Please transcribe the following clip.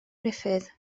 gruffudd